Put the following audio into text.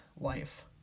life